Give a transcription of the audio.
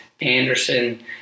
Anderson